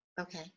Okay